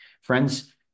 Friends